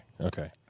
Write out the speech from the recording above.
okay